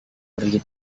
pergi